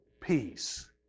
peace